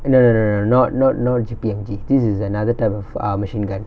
no no no no not not not G_P_M_G this is another type of ah machine gun